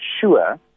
sure